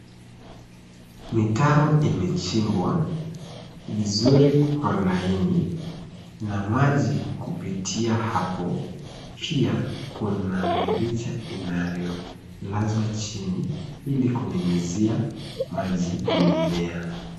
Mitaro imechimbwa vizuri kwa laini, na maji kupitia hapo. Pia, kuna mirija inayolazwa chini ili kunyunyuzia maji mimea.